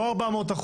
פה 400%,